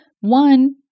One